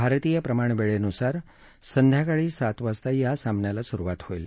भारतीय प्रमाणवेळेनुसार संध्याकाळी सात वाजता या सामन्याला सुरुवात होईल